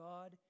God